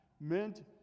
meant